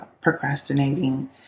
procrastinating